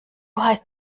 heißt